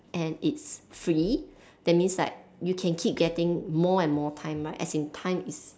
and it's free that means like you can get keep getting more and more time right as in time is